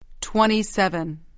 Twenty-seven